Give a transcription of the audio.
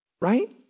Right